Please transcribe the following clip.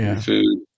food